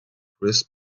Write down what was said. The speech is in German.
chris